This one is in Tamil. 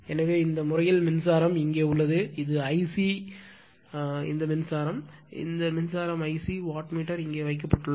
எனவே இந்த முறையில் மின்சாரம் இங்கே உள்ளது இது ஐசி இந்த மின்சாரம் ஐசி இந்த மின்சாரம் ஐசி வாட் மீட்டர் இங்கே வைக்கப்பட்டுள்ளது